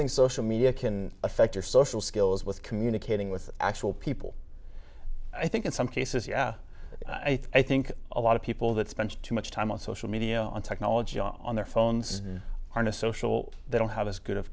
think social media can affect your social skills with communicating with actual people i think in some cases yeah i think a lot of people that spend too much time on social media and technology on their phones are no social they don't have as good of